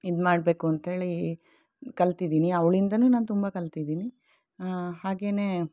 ಇದ್ಮಾಡ್ಬೇಕು ಅಂಥೇಳಿ ಕಲ್ತಿದ್ದೀನಿ ಅವಳಿಂದನೂ ನಾನು ತುಂಬ ಕಲ್ತಿದ್ದೀನಿ ಹಾಗೆನೇ